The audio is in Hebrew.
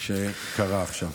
שקרה עכשיו.